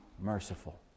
merciful